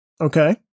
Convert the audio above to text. Okay